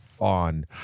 on